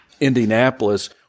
Indianapolis